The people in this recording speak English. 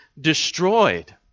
destroyed